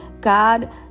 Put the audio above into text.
God